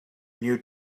new